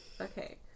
Okay